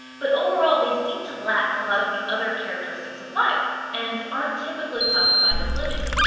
but overall they seem to lack a lot of the other characteristics of life, and aren't typically classified as living.